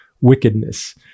wickedness